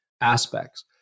aspects